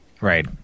Right